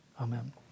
Amen